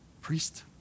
priest